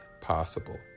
possible